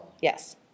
Yes